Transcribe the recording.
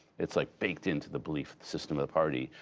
it's like baked into the belief system of the party.